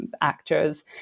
actors